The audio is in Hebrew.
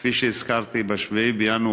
כפי שהזכרתי, ב-7 בינואר,